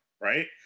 right